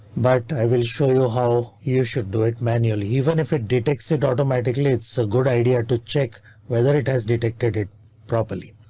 but i will show you how you should do it manually, even if it detects it automatically. it's a so good idea to check whether it has detected it properly,